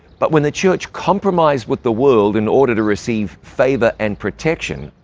but when the church compromised with the world in order to receive favor and protection,